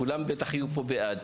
כולם בטח יהיה פה בעד.